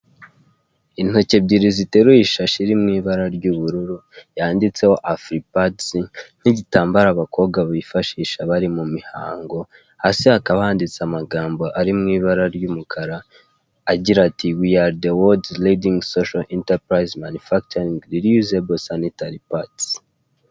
Icyapa cy'umutuku kiriho ikinyobwa gisembuye kiri mu ibara ry'icyatsi kibisi ndetse n'umuhondo, kiriho abantu batagaragara neza, yego, kirimo ikirangantego cya sikolo.